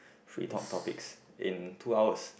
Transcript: free talk topics in two hours